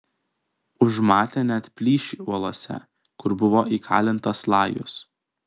užmatė net plyšį uolose kur buvo įkalintas lajus